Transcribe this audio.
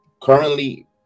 currently